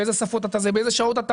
באיזה שפות ובאיזה שעות.